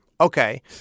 Okay